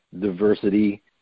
diversity